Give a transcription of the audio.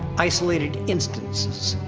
isolated instances,